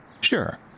Sure